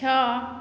ଛଅ